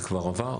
זה כבר עבר,